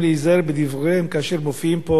להיזהר בדבריהם כאשר הם מופיעים פה,